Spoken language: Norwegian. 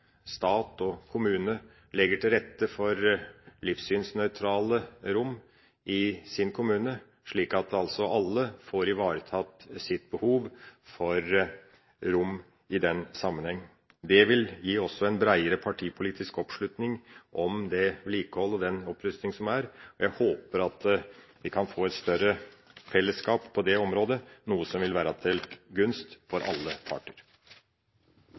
kommune legger til rette for livssynsnøytrale rom i kommunene, slik at alle får ivaretatt sitt behov for rom i den sammenheng. Det vil også gi en breiere partipolitisk oppslutning om det vedlikehold – og den opprustning – som er. Jeg håper at vi kan få et større fellesskap på det området, noe som vil være til gunst for alle parter.